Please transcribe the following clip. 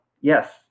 yes